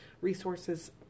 resources